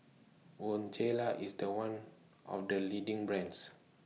Bonjela IS The one of The leading brands